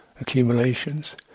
accumulations